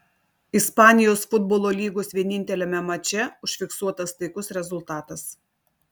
ispanijos futbolo lygos vieninteliame mače užfiksuotas taikus rezultatas